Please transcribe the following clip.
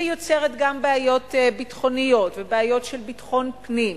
שיוצרת גם בעיות ביטחוניות ובעיות של ביטחון פנים,